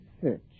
search